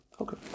Okay